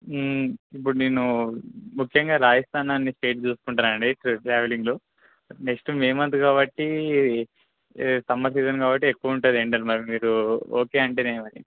ఇప్పుడు నేను ముఖ్యంగా రాజస్థాన్ అనే స్టేట్ చూసుకుంటున్నానండి ట్రావెలింగ్లో నెక్స్ట్ మే మంత్ కాబట్టి సమ్మర్ సీజన్ కాబట్టి ఎక్కువ ఉంటుందండి ఎండలు మరి మీరు ఓకే అంటేనే మరి